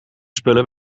spullen